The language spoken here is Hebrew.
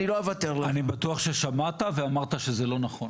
אני בטוח ששמעת ושאמרת שזה פשוט לא נכון.